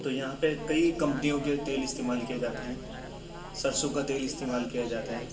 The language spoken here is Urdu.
تو یہاں پہ کئی کمپنیوں کے تیل استعمال کیے جاتے ہیں سرسوں کا تیل استعمال کیا جاتا ہے